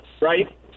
right